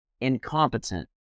incompetent